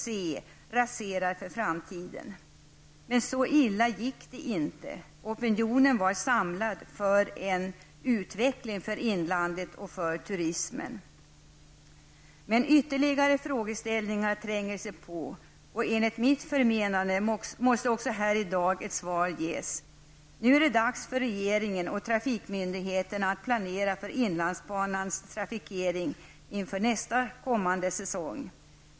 Man raserar för framtiden. Men så illa gick det inte. Det fanns nämligen en samlad opinion för en utveckling, till förmån för inlandet och turismen. Men ytterligare frågor tränger sig på. Enligt mitt förmenande måste svar ges här i dag. Nu är det dags för regeringen och trafikmyndigheterna att inför nästa säsong planera för inlandsbanans trafikering.